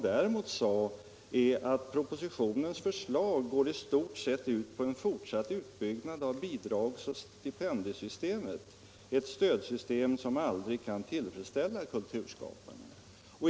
Däremot sade hon att propositionens förslag i stort sett går ut på en fortsatt utbyggnad av bidrags och stipendiesystemet, ett stödsystem som aldrig kan tillfredsställa kulturskaparna.